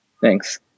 Thanks